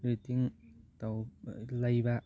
ꯔꯤꯇꯨꯡ ꯂꯩꯕ